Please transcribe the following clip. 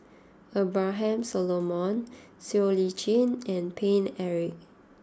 Abraham Solomon Siow Lee Chin and Paine Eric